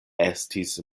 estis